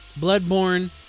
Bloodborne